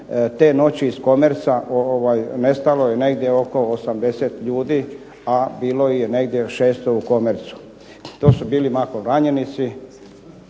Te noći iz "Commerca" nestalo je negdje oko 80 ljudi, a bilo ih je negdje 600 u "Commercu". To su bili mahom ranjenici